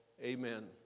Amen